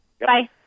Bye